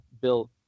built